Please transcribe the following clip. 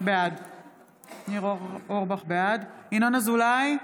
בעד ינון אזולאי,